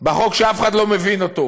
בחוק שאף אחד לא מבין אותו,